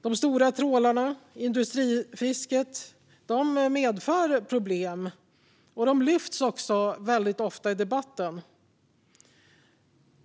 De stora trålarna och industrifisket medför problem och lyfts också väldigt ofta fram i debatten.